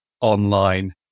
online